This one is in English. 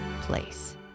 place